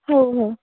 ହଉ ହଉ